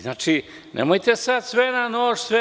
Znači, nemojte sad sve na nož.